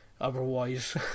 Otherwise